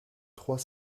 trois